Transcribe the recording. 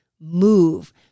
move